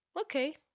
okay